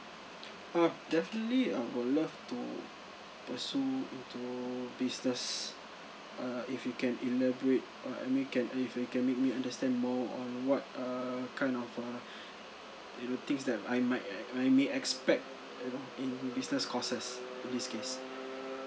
uh definitely I would love to pursue into business uh if you can elaborate uh I mean can uh if you can make me understand more on what err kind of uh you know things like I might eh I may expect you know in business courses in this case